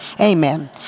Amen